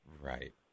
Right